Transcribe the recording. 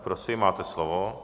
Prosím, máte slovo.